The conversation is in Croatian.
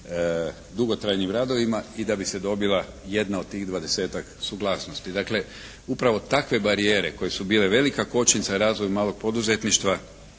dugotrajnim radovima i da bi se dobila jedna od tih 20-tak suglasnosti. Dakle upravo takve barijere koje su bile velika kočnica razvoju malog poduzetništva